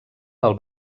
del